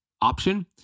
option